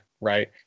Right